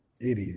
Idiot